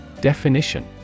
DEFINITION